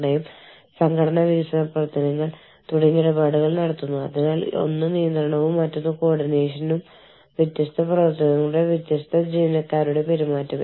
ഒരു ആഗോള HR certification ഓർഗനൈസേഷനുണ്ട് society for human resource management അത് അന്താരാഷ്ട്ര എച്ച്ആർ യോഗ്യതാ വിടവ് കുറയ്ക്കുന്നു